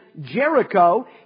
Jericho